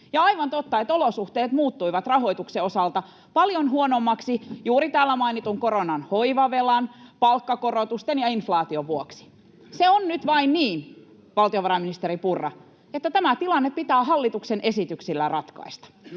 On aivan totta, että olosuhteet muuttuivat rahoituksen osalta paljon huonommaksi juuri täällä mainitun koronan hoivavelan, palkkakorotusten ja inflaation vuoksi. Se on nyt vain niin, valtiovarainministeri Purra, että tämä tilanne pitää hallituksen esityksillä ratkaista.